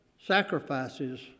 sacrifices